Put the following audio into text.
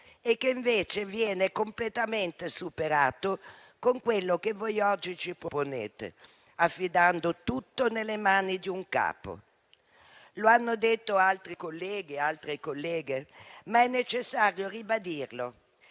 e che invece viene completamente superato con quello che voi oggi ci proponete, affidando tutto nelle mani di un capo. Lo hanno detto altri colleghi e altre colleghe, ma è necessario ribadirlo: